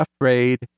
afraid